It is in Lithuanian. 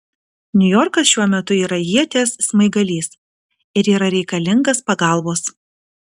niujorkas šiuo metu yra ieties smaigalys ir yra reikalingas pagalbos